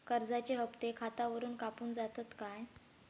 कर्जाचे हप्ते खातावरून कापून जातत काय?